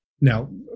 now